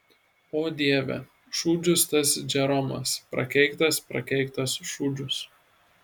o dieve šūdžius tas džeromas prakeiktas prakeiktas šūdžius